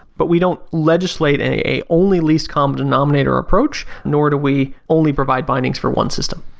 but we don't legislate a only least common denominator approach nor do we only provide bindings for one system.